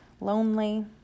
lonely